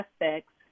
aspects